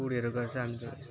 टुरहरू गर्छ अनि त